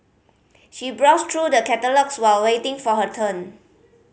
she browsed through the catalogues while waiting for her turn